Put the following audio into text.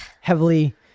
Heavily